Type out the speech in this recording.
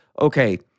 Okay